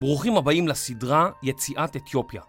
ברוכים הבאים לסדרה יציאת אתיופיה.